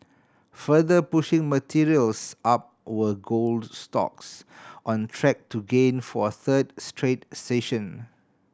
further pushing materials up were gold stocks on track to gain for a third straight session